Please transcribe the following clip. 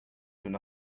una